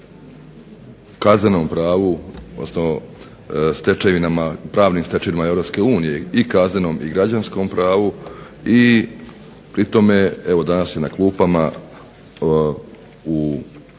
u kaznenom pravu, odnosno pravnim stečevinama EU, i kaznenom i građanskom pravu. I pri tome evo danas je na klupama ovaj